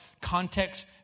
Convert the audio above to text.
context